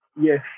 yes